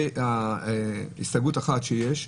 זה הסתייגות אחת שהגשנו.